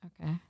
Okay